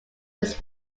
was